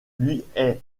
est